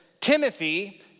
Timothy